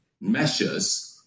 measures